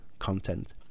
content